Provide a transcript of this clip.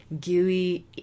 gooey